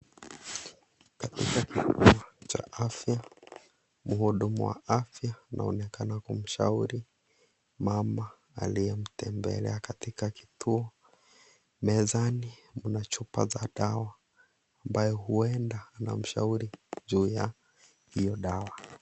Katika kituo cha afya muhudumu wa afya ameonekana kumshauri mama aliyemtembelea katika kituo mezani kuna chupa za dawa ambayo huenda anamshauri juu ya hiyo dawa.